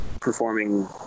performing